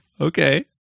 Okay